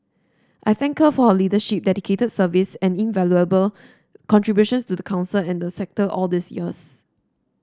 I thank her for her leadership dedicated service and invaluable contributions to the Council and the sector all these years